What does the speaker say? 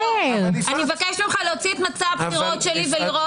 אני מבקשת ממך להוציא את מצע הבחירות שיל ותראה